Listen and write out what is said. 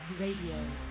Radio